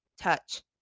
touch